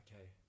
okay